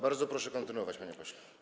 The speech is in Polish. Bardzo proszę kontynuować, panie pośle.